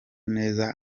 neza